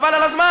חבל על הזמן.